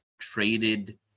traded